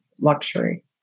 luxury